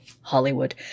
hollywood